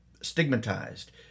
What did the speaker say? stigmatized